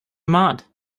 mad